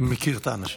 אני מכיר את האנשים.